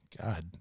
God